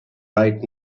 right